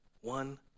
one